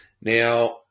Now